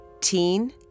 teen